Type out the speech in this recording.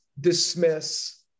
dismiss